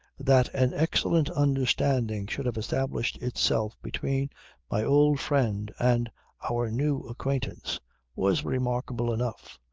that an excellent understanding should have established itself between my old friend and our new acquaintance was remarkable enough.